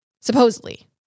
supposedly